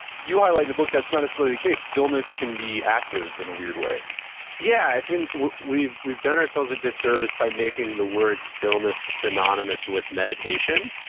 you highlight in the book that it's not so necessarily the case, stillness can be active in a weird way yeah, i think we've we've done ourselves a disservice by making the word stillness synonymous with meditation.